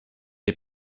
les